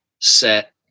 set